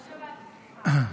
לא שמעתי, סליחה.